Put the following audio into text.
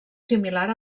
similar